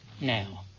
now